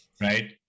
right